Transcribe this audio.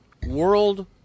World